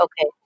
Okay